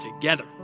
together